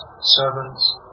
servants